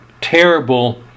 terrible